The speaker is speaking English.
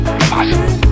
impossible